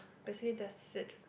basically that's it